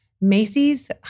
Macy's